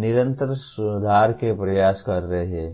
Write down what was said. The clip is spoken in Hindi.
निरंतर सुधार के प्रयास कर रहे हैं